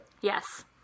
Yes